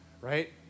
right